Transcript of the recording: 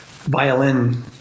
violin